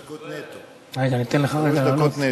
שלוש דקות נטו, שלוש דקות נטו.